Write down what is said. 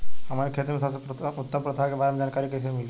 हमन के खेती में सबसे उत्तम प्रथा के बारे में जानकारी कैसे मिली?